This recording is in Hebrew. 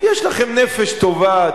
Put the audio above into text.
יש לכם נפש טובה,